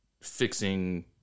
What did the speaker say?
fixing